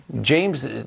James